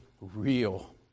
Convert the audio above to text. real